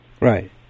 Right